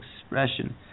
expression